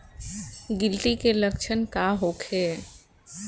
गिलटी के लक्षण का होखे?